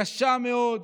קשה מאוד,